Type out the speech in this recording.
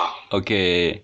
ah okay